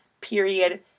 period